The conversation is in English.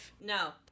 no